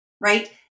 Right